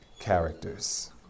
characters